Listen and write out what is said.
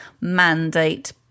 mandate